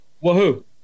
Wahoo